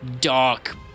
dark